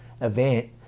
event